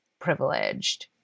privileged